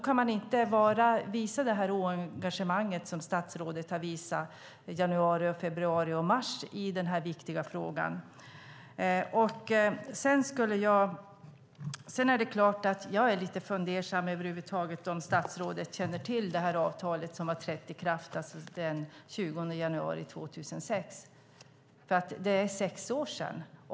Man kan inte vara så oengagerad som statsrådet har varit under januari, februari och mars i den här viktiga frågan. Jag är fundersam över om statsrådet över huvud taget känner till avtalet som trädde i kraft den 20 januari 2006. Det är sex år sedan.